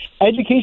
education